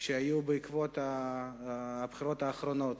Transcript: שהיו בעקבות הבחירות האחרונות.